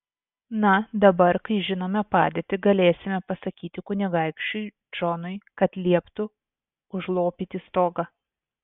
na dabar kai žinome padėtį galėsime pasakyti kunigaikščiui džonui kad lieptų užlopyti stogą